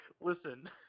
listen